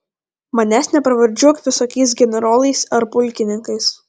manęs nepravardžiuok visokiais generolais ar pulkininkais